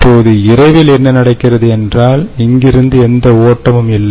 இப்போது இரவில் என்ன நடக்கிறது என்றால் இங்கிருந்து எந்த ஓட்டமும் இல்லை